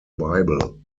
bible